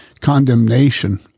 condemnation